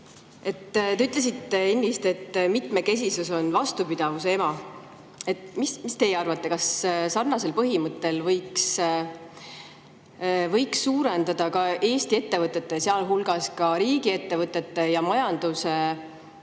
Te ütlesite ennist, et mitmekesisus on vastupidavuse ema. Mis teie arvate, kas sarnasel põhimõttel võiks suurendada ka Eesti ettevõtete, sealhulgas riigiettevõtete ja majanduse